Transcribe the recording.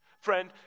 Friend